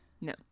No